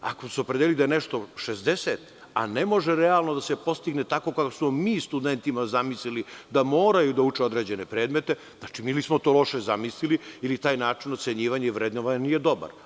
Ako smo opredelili da je nešto 60, a ne može realno da se postigne tako kako smo studentima zamislili da moraju da uče određene predmete, znači ili smo to loše zamislili, ili taj način ocenjivanja i vrednovanja nije dobar.